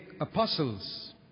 apostles